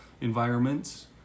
environments